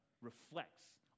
reflects